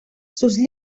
sus